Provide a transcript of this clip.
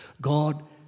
God